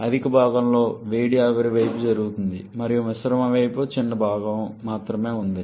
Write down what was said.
అధిక భాగం వేడి ఆవిరి వైపు జరుగుతుంది మరియు మిశ్రమం వైపు ఒక చిన్న భాగం మాత్రమే జరుగుతుంది